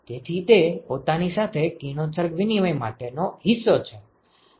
તેથી તે પોતાની સાથે કિરણોત્સર્ગ વિનિમય માટેનો હિસ્સો છે